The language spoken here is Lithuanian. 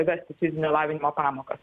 vesti fizinio lavinimo pamokas